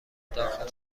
داخل